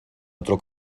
otro